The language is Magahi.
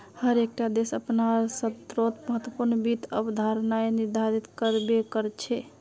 हर एक टा देश अपनार स्तरोंत महत्वपूर्ण वित्त अवधारणाएं निर्धारित कर बे करछे